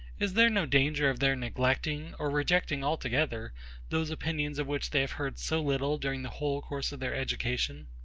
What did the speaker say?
is there no danger of their neglecting, or rejecting altogether those opinions of which they have heard so little during the whole course of their education?